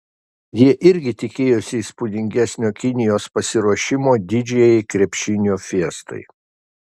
jie irgi tikėjosi įspūdingesnio kinijos pasiruošimo didžiajai krepšinio fiestai